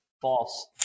False